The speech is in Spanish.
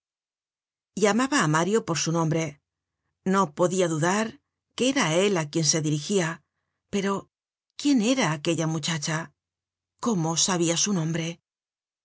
llamaba á mario por su nombre no podia dudar que era á él á quien se dirigia pero quién era aquella muchacha cómo sabia su nombre